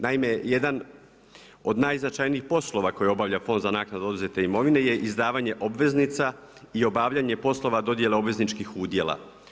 Naime, jedan od najznačajnih poslova, koje obavlja fond za naknadu oduzete imovine, je izdavanje obveznica i obavljanje poslova dodjela obvezničkih udjela.